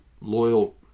loyal